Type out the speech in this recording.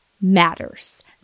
matters